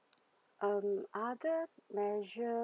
um other measure